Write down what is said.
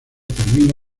termina